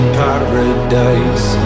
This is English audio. paradise